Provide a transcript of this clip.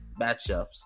matchups